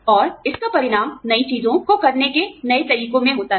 और इसका परिणाम नई चीजों को करने के नए तरीकों में होता है